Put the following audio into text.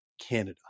Canada